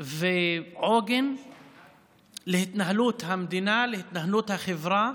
ועוגן להתנהלות המדינה, להתנהלות החברה,